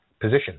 position